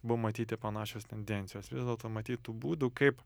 buvo matyti panašios tendencijos vis dėlto matyt tų būdų kaip